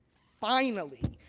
finally,